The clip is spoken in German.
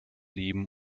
leben